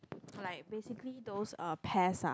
like basically those uh pest ah